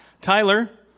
Tyler